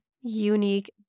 unique